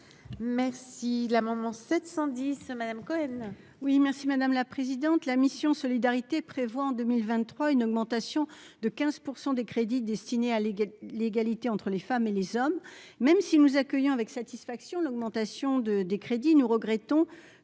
Merci l'amendement 710 Madame Cohen.